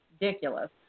ridiculous